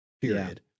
period